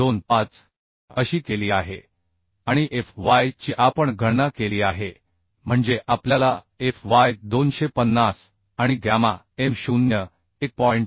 25 अशी केली आहे आणि Fy ची आपण गणना केली आहे म्हणजे आपल्याला Fy 250 आणि गॅमा M 0 1